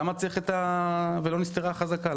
למה צריך את ה"ולא נסתרה החזקה"?